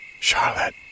Charlotte